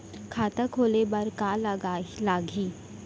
खाता खोले बार का का लागही?